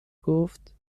گفت